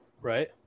Right